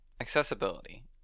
accessibility